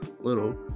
little